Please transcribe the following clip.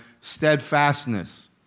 steadfastness